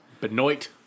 Benoit